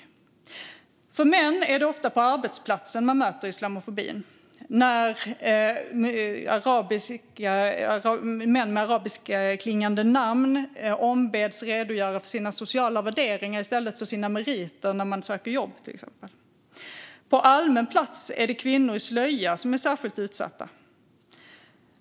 När det gäller män är det ofta på arbetsplatsen de möter islamofobin, som när män med arabiskklingande namn ombeds redogöra för sina sociala värderingar i stället för sina meriter när de söker jobb. På allmän plats är det kvinnor i slöja som är särskilt utsatta.